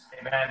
Amen